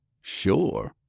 Sure